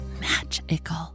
magical